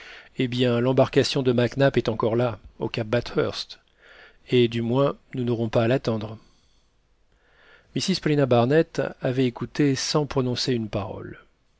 eh bien l'embarcation de mac nap est encore là au cap bathurst et du moins nous n'aurons pas à l'attendre mrs paulina barnett avait écouté sans prononcer une parole